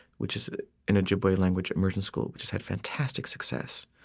which is an ojibwe-language immersion school which has had fantastic success.